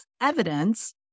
evidence